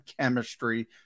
chemistry